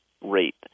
rate